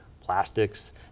plastics